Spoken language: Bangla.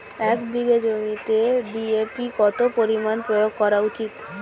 এক বিঘে জমিতে ডি.এ.পি কত পরিমাণ প্রয়োগ করা উচিৎ?